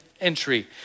entry